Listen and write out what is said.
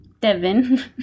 Devin